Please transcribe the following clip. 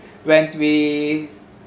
when we